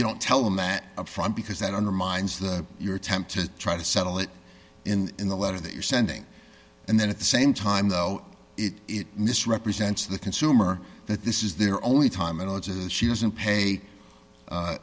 you don't tell them that up front because that undermines the your attempt to try to settle it in in the letter that you're sending and then at the same time though it misrepresents the consumer that this is their only time and she doesn't pay